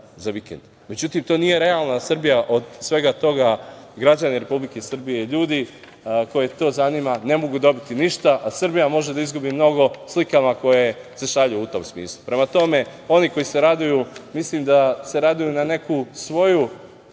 za vikend. Međutim, to nije realna Srbija. Od svega toga, građani Republike Srbije, ljudi koje to zanima ne mogu dobiti ništa, a Srbija može da izgubi mnogo slikama koje se šalju u tom smislu. Prema tome, oni koji se raduju, mislim da se raduju na neku svoju